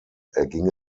erging